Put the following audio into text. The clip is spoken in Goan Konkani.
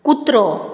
कुत्रो